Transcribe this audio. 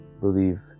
believe